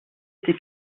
été